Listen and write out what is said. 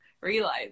realize